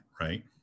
right